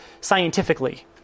scientifically